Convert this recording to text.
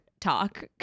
talk